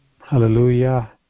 Hallelujah